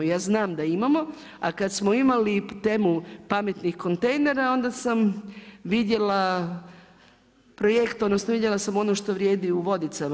Ja znam da imamo, a kad smo imali temu pametnih kontejnera onda sam vidjela projekt odnosno vidjela sam ono što vrijedi u Vodicama.